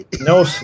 No